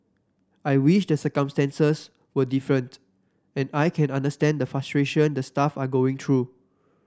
I wish the circumstances were different and I can understand the frustration the staff are going through